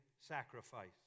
sacrifice